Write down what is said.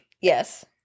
Yes